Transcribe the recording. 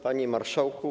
Panie Marszałku!